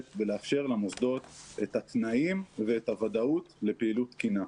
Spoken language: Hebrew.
ולאפשר למוסדות את התנאים ואת הוודאות לפעילות תקינה.